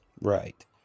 Right